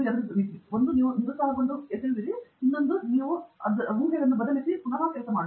ಟ್ಯಾಂಗಿರಾಲಾ ಇದು ಒಂದು ಕೀವರ್ಡ್ ಕೆಲವೇ ನಿಮಿಷಗಳ ಹಿಂದೆ ನನ್ನ ಮನಸ್ಸಿನಲ್ಲಿ ರಿಂಗ್ ಮಾಡುವ ಒಂದು ಪ್ರಮುಖ ಪರಿಕಲ್ಪನೆಯಾಗಿದೆ